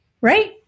right